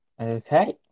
Okay